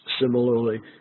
Similarly